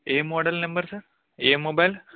ఏ model number sir ఏ mobile